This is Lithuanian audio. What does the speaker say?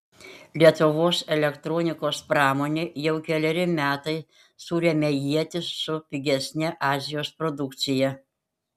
lietuvos elektronikos pramonė jau keleri metai suremia ietis su pigesne azijos produkcija